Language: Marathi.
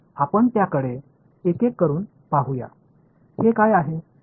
आपण त्याकडे एक एक करून पाहूया हे काय आहे